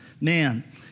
Man